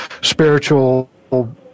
spiritual